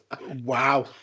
wow